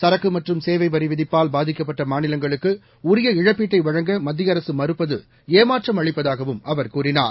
சரக்கு மற்றும் சேவை வரி விதிப்பால் பாதிக்கப்பட்ட மாநிலங்களுக்கு உரிய இழப்பீட்டை வழங்க மத்திய அரசு மறப்பது ஏமாற்றம் அளிப்பதாகவும் அவர் கூறினார்